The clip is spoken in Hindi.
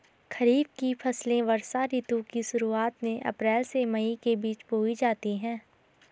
खरीफ की फसलें वर्षा ऋतु की शुरुआत में, अप्रैल से मई के बीच बोई जाती हैं